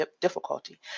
difficulty